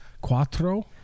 Quatro